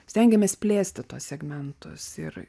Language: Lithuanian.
stengiamės plėsti tuos segmentus ir